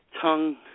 tongue